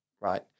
right